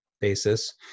basis